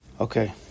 Okay